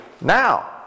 now